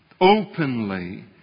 openly